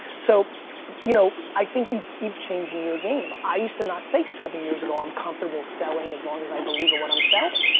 so you know i think you keep changing your game. i used to not say seven years ago, i'm comfortable selling as long as i believe in what i'm selling.